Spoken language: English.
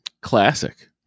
Classic